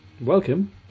Welcome